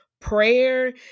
Prayer